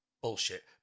bullshit